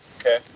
Okay